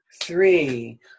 three